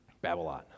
Babylon